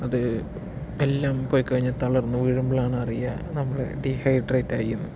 അത് എല്ലാം പോയി കഴിഞ്ഞ് തളർന്ന് വീഴുമ്പോഴാണ് അറിയുക നമ്മള് ഡീഹൈഡ്രേറ്റ് ആയി എന്ന്